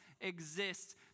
exists